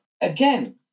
again